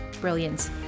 brilliance